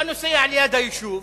אתה נוסע ליד היישוב,